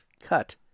cut